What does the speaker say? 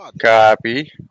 Copy